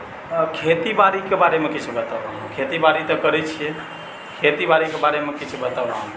खेती बाड़ीके बारेमे किछु बताउ खेती बाड़ी करै छिऐ खेती बाड़ीकेँ बारेमे किछु बताउ